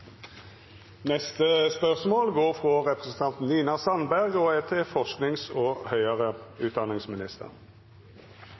neste hovedspørsmål. Spørsmålet går til forsknings- og høyere